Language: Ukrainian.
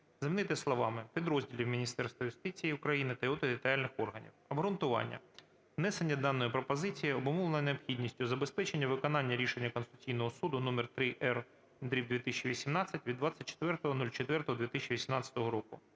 замінити словами "підрозділів Міністерства юстиції України та його територіальних органів". Обґрунтування. Внесення даної пропозиції обумовлено необхідністю забезпечення виконання Рішення Конституційного Суду № 3-р/2018 від 24.04.2018 року,